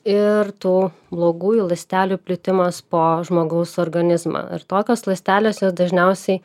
ir tų blogųjų ląstelių plitimas po žmogaus organizmą ir tokios ląstelės jos dažniausiai